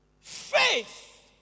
faith